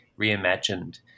reimagined